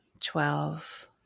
Twelve